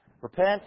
repent